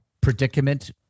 predicament